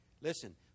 Listen